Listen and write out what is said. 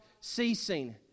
ceasing